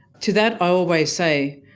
to that always say,